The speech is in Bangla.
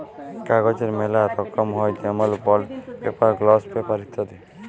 কাগজের ম্যালা রকম হ্যয় যেমল বন্ড পেপার, গ্লস পেপার ইত্যাদি